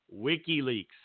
WikiLeaks